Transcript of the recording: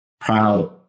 proud